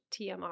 tmr